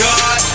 God